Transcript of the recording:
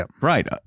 right